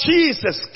Jesus